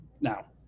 Now